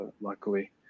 luckily